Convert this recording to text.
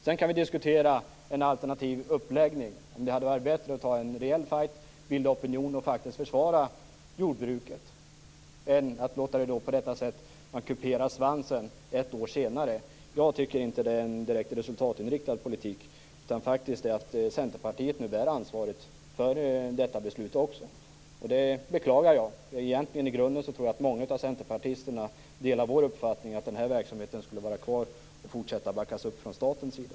Sedan kan vi diskutera en alternativ uppläggning - om det hade varit bättre att ta en rejäl fight, bilda opinion och faktiskt försvara jordbruket än att på detta sätt låta kupera svansen ett år senare. Jag tycker inte att det är någon direkt resultatinriktad politik. Centerpartiet bär nu ansvaret för detta beslut också, och det beklagar jag. Egentligen tror jag att många av centerpartisterna i grunden delar vår uppfattning, nämligen att den här verksamheten skulle vara kvar och få fortsatt uppbackning från statens sida.